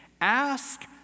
Ask